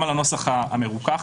גם על הנוסח המרוכך.